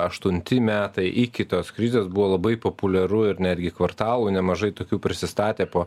aštunti metai iki tos krizės buvo labai populiaru ir netgi kvartalų nemažai tokių prisistatė po